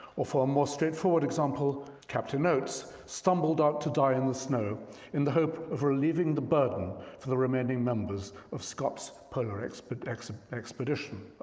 or for a more straightforward example, captain oates stumbled out to die in the snow in the hope of relieving the burden for the remaining members of scott's polar but like so expedition.